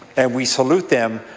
and we salute them,